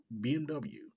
BMW